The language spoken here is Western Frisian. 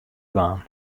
dwaan